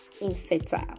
infertile